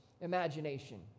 imagination